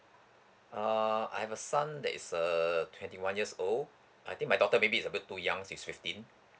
err I have a son that is err twenty one years old I think my daughter maybe is a bit too young she's fifteen